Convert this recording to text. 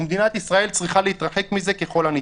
ומדינת ישראל צריכה להתרחק מזה ככל הניתן.